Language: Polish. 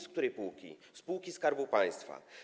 Z której półki? Spółki Skarbu Państwa.